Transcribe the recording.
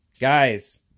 Guys